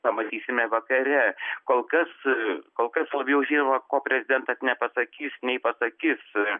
pamatysime vakare kol kas kol kas labiau žinoma ko prezidentas nepasakys nei pasakys